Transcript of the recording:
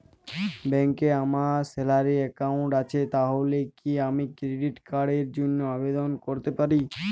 ব্যাংকে আমার salary account আছে তাহলে কি আমি ক্রেডিট কার্ড র জন্য আবেদন করতে পারি?